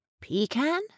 Pecan